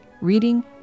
reading